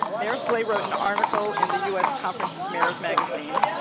mayor slay wrote an article in the u s. conference of mayors magazine.